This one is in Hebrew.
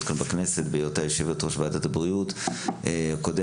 כאן בכנסת בהיותה יושבת-ראש ועדת הבריאות הקודמת.